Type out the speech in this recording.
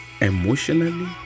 emotionally